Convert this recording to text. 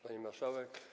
Pani Marszałek!